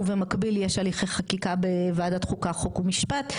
ובמקביל יש הליכי חקיקה בוועדת חוקה חוק ומשפט,